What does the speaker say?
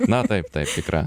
na taip taip tikra